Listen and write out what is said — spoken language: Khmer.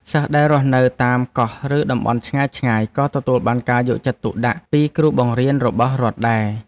សិស្សដែលរស់នៅតាមកោះឬតំបន់ភ្នំឆ្ងាយៗក៏ទទួលបានការយកចិត្តទុកដាក់ពីគ្រូបង្រៀនរបស់រដ្ឋដែរ។